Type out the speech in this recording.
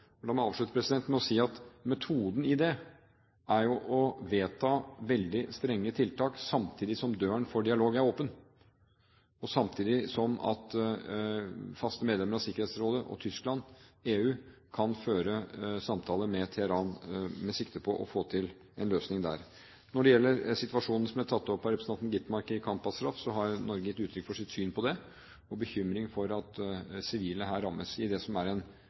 La meg avslutte med å si at metoden i det er å vedta veldig strenge tiltak samtidig som døren for dialog er åpen, og samtidig som faste medlemmer av Sikkerhetsrådet og Tyskland, EU, kan føre samtaler med Teheran med sikte på å få til en løsning der. Når det gjelder situasjonen som ble tatt opp av representanten Gitmark i Camp Ashraf, har Norge gitt uttrykk for sitt syn på det og bekymring for at sivile her rammes i det som er en